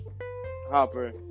Hopper